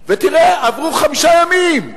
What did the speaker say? ותראה, עברו חמישה ימים,